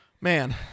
man